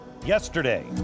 Yesterday